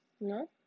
No